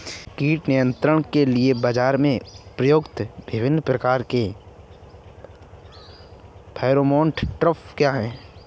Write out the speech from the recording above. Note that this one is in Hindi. कीट नियंत्रण के लिए बाजरा में प्रयुक्त विभिन्न प्रकार के फेरोमोन ट्रैप क्या है?